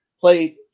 play